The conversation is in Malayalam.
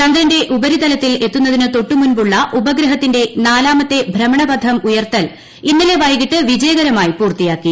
ചന്ദ്രന്റെ ഉപരിതലത്തിൽ എത്തുന്നതിന് തൊട്ടു മുമ്പുള്ള ഉപഗ്രഹത്തിന്റെ നാലാമത്തെ ഭ്രമണപഥം ഉയർത്തൽ ഇന്നലെ വൈകിട്ട് വിജയകരമായി പൂർത്തിയാക്കി